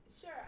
Sure